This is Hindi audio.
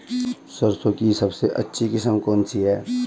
सरसों की सबसे अच्छी किस्म कौन सी है?